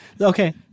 okay